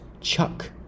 chuck